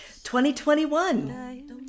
2021